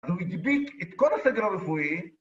אני מדביק את כל הסדר הרפואי